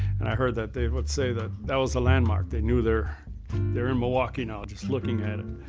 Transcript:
and i heard that they would say that that was a landmark. they knew they're they're in milwaukee now just looking at it.